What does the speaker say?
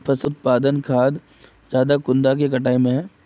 फसल उत्पादन खाद ज्यादा कुंडा के कटाई में है?